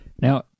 Now